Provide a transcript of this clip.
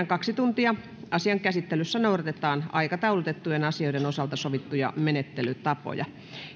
kaksi tuntia asian käsittelyssä noudatetaan aikataulutettujen asioiden osalta sovittuja menettelytapoja